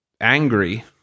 angry